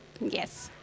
Yes